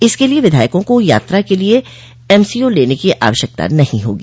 इसके लिए विधायकों को यात्रा के लिए एमसीओ लेने की आवश्यकता नहीं होगी